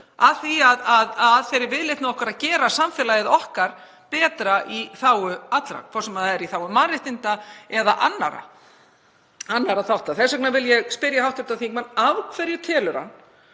í þeirri viðleitni okkar að gera samfélagið okkar betra í þágu allra, hvort sem það er í þágu mannréttinda eða annarra þátta. Þess vegna vil ég spyrja hv. þingmann: Af hverju telur hann